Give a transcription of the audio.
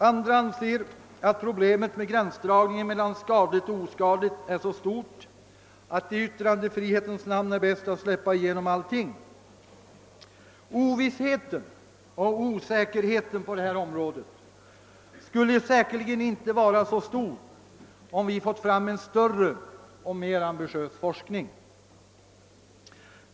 Andra anser att problemet med gränsdragningen mellan skadligt och oskadligt är så stort att det i yttrandefrihetens namn är bäst att släppa igenom allting. Ovissheten och osäkerheten på detta område skulle säkerligen inte vara så stora, om vi fått fram en större och mer ambitiös forskning.